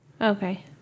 Okay